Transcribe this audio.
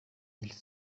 ils